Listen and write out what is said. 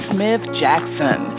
Smith-Jackson